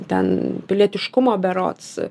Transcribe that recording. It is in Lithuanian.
ten pilietiškumo berods